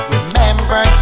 Remember